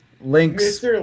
Links